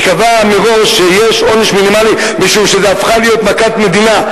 ייקבע מראש שיש עונש מינימלי משום שזו הפכה להיות מכת מדינה,